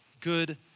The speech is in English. good